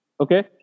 Okay